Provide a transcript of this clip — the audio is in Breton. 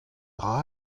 dra